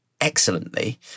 excellently